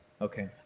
Okay